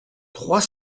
trois